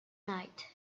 night